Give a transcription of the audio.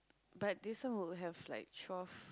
but this one will have like twelve